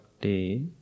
day